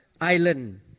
island